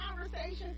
conversations